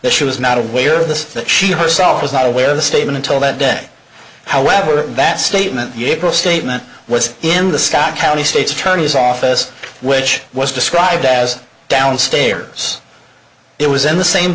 that she was not aware of this that she herself was not aware of the statement until that day however that statement yet pro statement was in the scott county state's attorney's office which was described as downstairs it was in the same